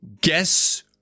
guess